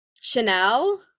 Chanel